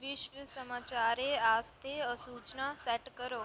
विश्व समाचारें आस्तै असूचना सैट करो